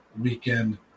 weekend